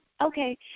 Okay